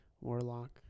warlock